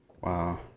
Wow